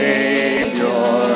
Savior